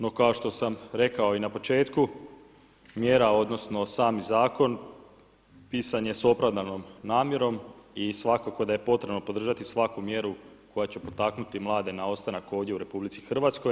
No kao što sam rekao na početku, mjera odnosno sami zakon pisan je s opravdanom namjerom i svakako da je potrebno podržati svaku mjeru koja će potaknuti mlade na ostanak ovdje u RH.